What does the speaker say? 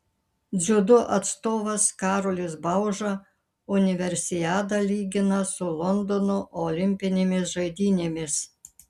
dziudo atstovas karolis bauža universiadą lygina su londono olimpinėmis žaidynėmis